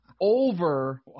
over